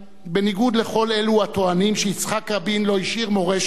בניגוד לכל אלה הטוענים שיצחק רבין לא השאיר מורשת,